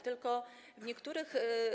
Tylko w niektórych.